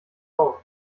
auf